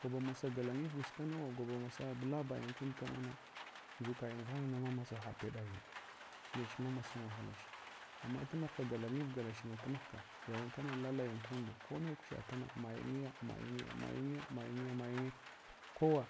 Gwaba masa galanyibuch kanawo gwaba masa labayin kund kanuna dʒukayin vanana, masa ha peɗayingu. nechma masan wahala ch, ama tunughka galanyif galachna tumghka tayin kana lalayin kundo, kone gushatana mayinya, mayinya, mayinya, mayinya, mayinya, kowa